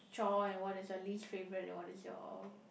chore and what is your least favourite and what is your